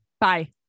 Bye